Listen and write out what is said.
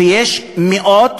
ויש מאות,